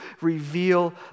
reveal